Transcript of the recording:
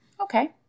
Okay